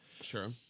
Sure